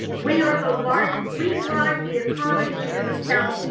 we are the largest. we drive the economy in this county.